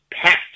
packed